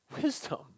wisdom